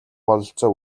бололцоо